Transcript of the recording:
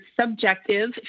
subjective